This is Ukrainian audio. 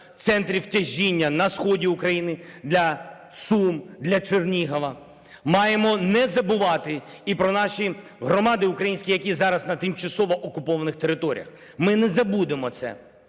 центрів тяжіння на сході України, для Сум, для Чернігова. Маємо не забувати і про наші громади українські, які зараз на тимчасово окупованих територіях. Ми не забудемо це.